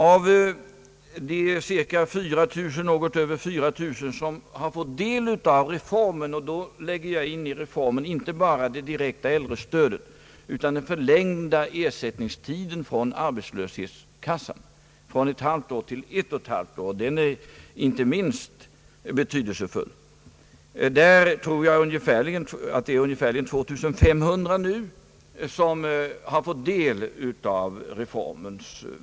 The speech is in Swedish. Av de något över 4 000 personer som har fått del av reformen — då lägger jag in i reformen inte bara det direkta äldre-stödet utan även den förlängda ersättningstiden från arbetslöshetskassan från ett halvt år till ett och ett halvt år, vilken inte är minst betydelsefull — har ungefärligen 2500 fått bidrag.